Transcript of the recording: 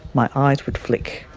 my eyes would flick.